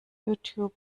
youtube